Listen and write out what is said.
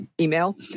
email